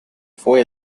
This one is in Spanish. fue